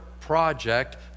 project